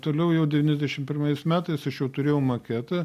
toliau jau devyniasdešim pirmais metais aš jau turėjau maketą